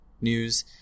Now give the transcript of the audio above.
news